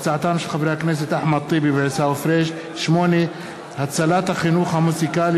הצעתם של חברי הכנסת אחמד טיבי ועיסאווי פריג'; 8. הצלת החינוך המוזיקלי